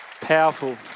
Powerful